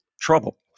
trouble